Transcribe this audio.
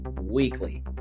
weekly